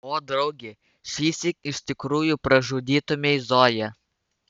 o drauge šįsyk iš tikrųjų pražudytumei zoją